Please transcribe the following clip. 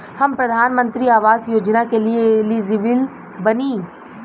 हम प्रधानमंत्री आवास योजना के लिए एलिजिबल बनी?